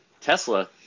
tesla